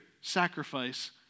sacrifice